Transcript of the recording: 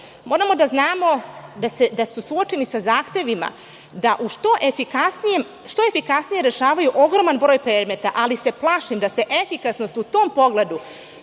moramo da znamo da su suočeni sa zahtevima da što efikasnije rešavaju ogroman broj predmeta, ali se plašim da se efikasnost u tom pogledu